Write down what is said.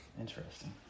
Interesting